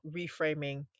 reframing